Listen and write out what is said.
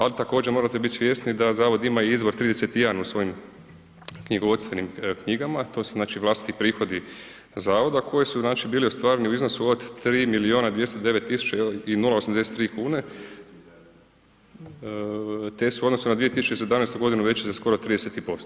Ali također morate biti svjesni da zavod ima i izvor 31 u svojim knjigovodstvenim knjigama a to su znači Vlastiti prihodi zavoda koji su znači bili ostvareni u iznosu od 3 milijuna 209 tisuća i 083 kune te su odnosu na 2017. godinu veći za skoro 30%